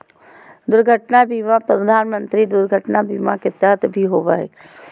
दुर्घटना बीमा प्रधानमंत्री दुर्घटना बीमा के तहत भी होबो हइ